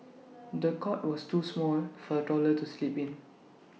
the cot was too small for A toddler to sleep in